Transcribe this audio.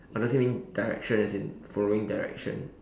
or does it mean direction as in following direction